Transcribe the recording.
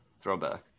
Throwback